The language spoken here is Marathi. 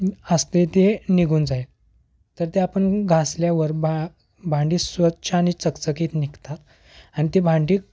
असते ते निघून जाईल तर ते आपण घासल्यावर बा भांडी स्वच्छ आणि चाकचकीत निघतात आणि ती भांडी